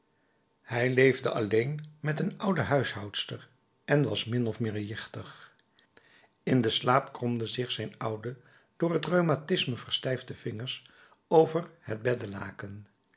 hij leefde alleen met een oude huishoudster en was min of meer jichtig in den slaap kromden zich zijn oude door het rheumatisme verstijfde vingers over het